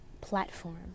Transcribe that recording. platform